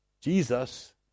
Jesus